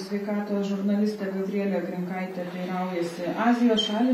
sveikatos žurnalistė gabrielė grinkaitė teiraujasi azijos šalys